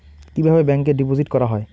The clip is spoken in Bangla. কিভাবে ব্যাংকে ডিপোজিট করা হয়?